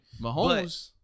Mahomes –